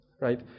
right